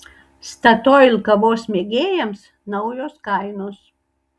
statoil kavos mėgėjams naujos kainos